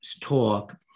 talk